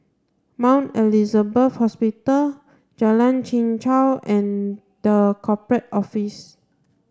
Mount Elizabeth Hospital Jalan Chichau and the Corporate Office